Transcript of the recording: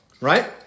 Right